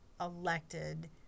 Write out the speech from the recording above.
elected